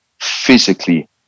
physically